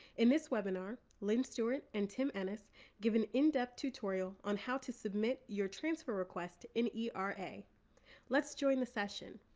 in this webinar, lynn stewart and tim enas give an in-depth tutorial on how to submit your transfer request in yeah um era. let's join the session.